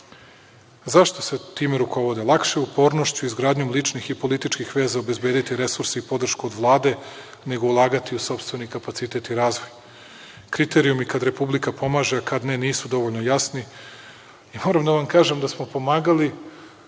se time rukovode? Lakše je upornošću i izgradnjom ličnih i političkih veza obezbediti resurse i podršku Vlade, nego ulagati u sopstveni kapacitet i razvoj. Kriterijumi kada republika pomaže, a kada ne, nisu dovoljno jasni i moram da vam kažem da smo pomagali